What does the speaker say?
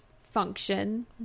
function